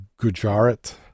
Gujarat